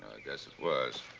guess it was.